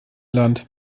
land